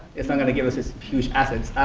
it's not going to give us its huge assets.